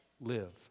live